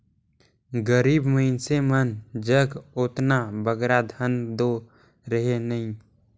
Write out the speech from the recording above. गरीब मइनसे मन जग ओतना बगरा धन दो रहें नई